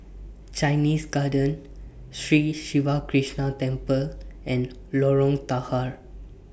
Chinese Garden Sri Siva Krishna Temple and Lorong Tahar